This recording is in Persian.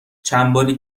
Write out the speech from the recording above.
چندباری